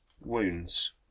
wounds